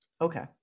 Okay